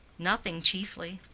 nothing, chiefly.